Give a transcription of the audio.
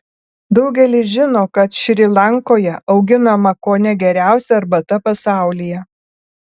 daugelis žino kad šri lankoje auginama kone geriausia arbata pasaulyje